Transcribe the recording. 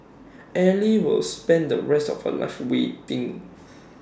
ally will spend the rest of A life waiting